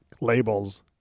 labels